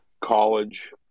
college